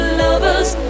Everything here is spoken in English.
lovers